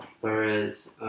Whereas